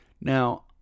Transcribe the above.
Now